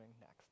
next